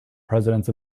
presidents